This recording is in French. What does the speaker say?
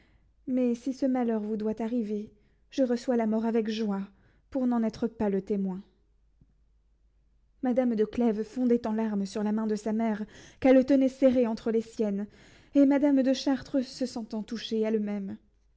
mais si ce malheur vous doit arriver je reçois la mort avec joie pour n'en être pas le témoin madame de clèves fondait en larmes sur la main de sa mère qu'elle tenait serrée entre les siennes et madame de chartres se sentant touchée